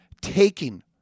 taking